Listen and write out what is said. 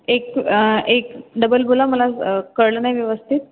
एक एक डबल बोला मला कळलं नाही व्यवस्थित